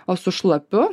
o su šlapiu